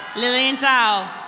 lu ing zao.